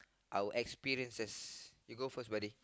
our experiences you go first buddy